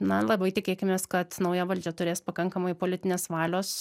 na labai tikėkimės kad nauja valdžia turės pakankamai politinės valios